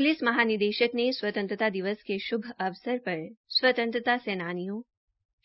police महानिदेशक ने स्वतंत्रता दिवस के मौके पर स्वतंत्रता सेनानियों